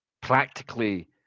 practically